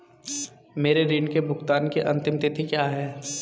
मेरे ऋण के भुगतान की अंतिम तिथि क्या है?